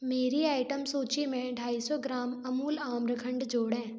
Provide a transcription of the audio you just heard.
मेरी आइटम सूची में ढाई सौ ग्राम अमूल आम्रखंड जोड़ें